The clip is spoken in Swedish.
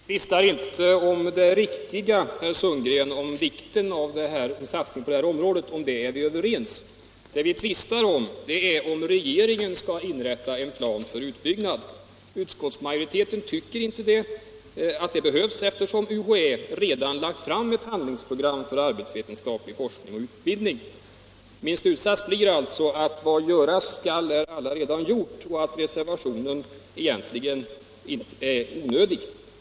Herr talman! Vi tvistar inte, herr Sundgren, om vikten av satsningar på detta område. Därom är vi överens. Det vi diskuterar är om regeringen skall utforma en plan för utbyggnaden. Utskottsmajoriteten tycker inte att en sådan behövs, eftersom UHÄ redan har lagt fram ett handlingsprogram för arbetsvetenskaplig forskning och utbildning. Min slutsats blir alltså att vad göras skall är allaredan gjort och att reservationen egent ligen är onödig.